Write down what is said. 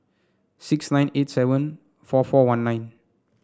six nine eight seven four four one nine